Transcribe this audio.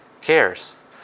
cares